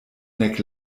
nek